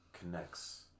connects